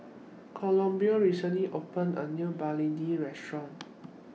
Columbia recently opened A New Begedil Restaurant